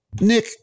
Nick